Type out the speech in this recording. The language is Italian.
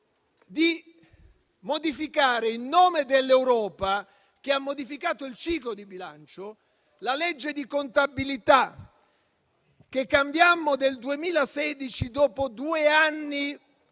di modificare, in nome dell'Europa, che ha modificato il ciclo di bilancio, anche la legge di contabilità, che cambiammo nel 2016 dopo due anni